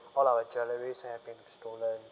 all our jewellery have been stolen